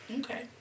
Okay